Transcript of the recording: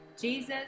Jesus